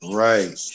right